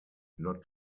not